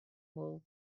will